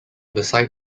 besides